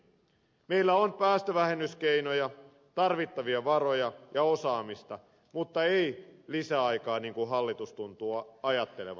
meillä on päästövähennyskeinoja tarvittavia varoja ja osaamista mutta ei lisäaikaa niin kuin hallitus tuntuu ajattelevan